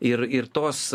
ir ir tos